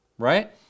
Right